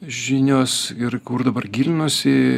žinios ir kur dabar gilinuosi